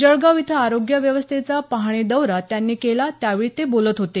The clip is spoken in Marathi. जळगाव इथं आरोग्य व्यवस्थेचा पाहणी दौरा त्यांनी केला त्यावेळी ते बोलत होते